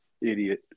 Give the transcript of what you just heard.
idiot